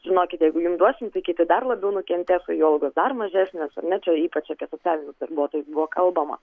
žinokite jeigu jum duosim tai kiti dar labiau nukentės o jų algos dar mažesnės ar ne čia ypač apie socialinius darbuotojus buvo kalbama